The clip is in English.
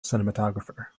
cinematographer